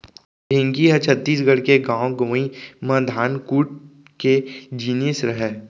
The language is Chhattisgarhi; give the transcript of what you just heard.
ढेंकी ह छत्तीसगढ़ के गॉंव गँवई म धान कूट के जिनिस रहय